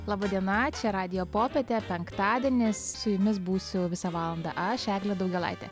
laba diena čia radijo popietė penktadienis su jumis būsiu visą valandą aš eglė daugėlaitė